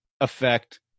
affect